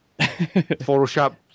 Photoshop